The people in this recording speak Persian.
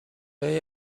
های